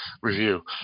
review